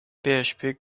php